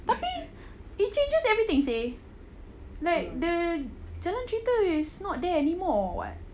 tapi it changes everything seh like the jalan cerita is not there anymore [what]